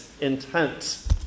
intent